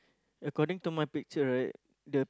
according to my picture right the